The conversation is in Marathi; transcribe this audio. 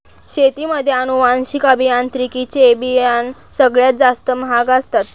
शेतीमध्ये अनुवांशिक अभियांत्रिकी चे बियाणं सगळ्यात जास्त महाग असतात